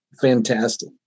fantastic